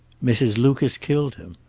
mrs. lucas killed him.